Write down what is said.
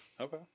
okay